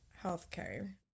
healthcare